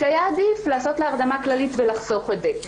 שהיה עדיף לעשות לה הרדמה כללית ולחסוך את זה.